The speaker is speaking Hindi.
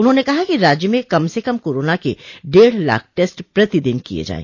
उन्होंने कहा कि राज्य में कम से कम कोरोना के डेढ़ लाख टेस्ट प्रतिदिन किये जायें